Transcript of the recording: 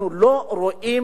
אנחנו לא רואים,